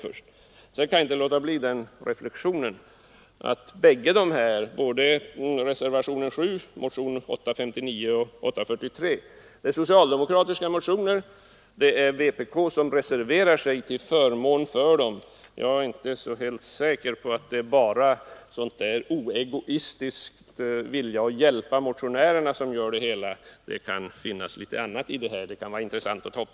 Jag kan vidare inte underlåta att göra den reflexionen att det inte är helt säkert att det förhållandet att vpk i reservationerna 7 och 8 stödjer de socialdemokratiska motionerna 859 och 843 är helt osjälviskt betingat. Det kan också ligga annat bakom, som det kunde vara intressant att ta upp.